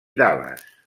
dallas